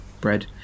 bread